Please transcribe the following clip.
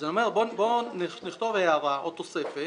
אז אני אומר, בואו נכתוב הערה או תוספת,